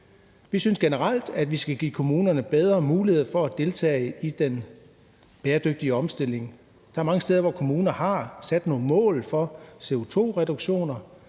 Vi synes generelt, at vi skal give kommunerne bedre muligheder for at deltage i den bæredygtige omstilling. Der er mange steder, hvor kommuner har sat nogle mål for CO2-reduktioner,